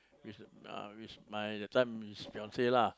we should uh which my that time is fiancee lah